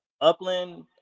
Upland